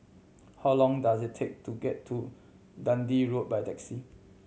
how long does it take to get to Dundee Road by taxi